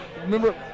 remember